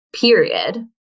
period